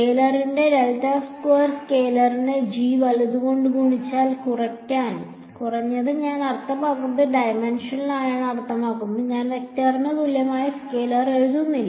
ഒരു സ്കെലാറിന്റെ സ്കെയിലറിനെ g വലത് കൊണ്ട് ഗുണിച്ചാൽ കുറഞ്ഞത് ഞാൻ അർത്ഥമാക്കുന്നത് ഡൈമൻഷണലായി അർത്ഥമാക്കുന്നത് ഞാൻ വെക്റ്ററിന് തുല്യമായ സ്കെയിലർ എഴുതുന്നില്ല എന്നാണ്